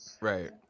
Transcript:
right